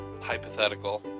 hypothetical